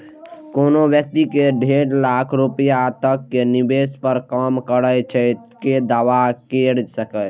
कोनो व्यक्ति डेढ़ लाख रुपैया तक के निवेश पर कर कम करै के दावा कैर सकैए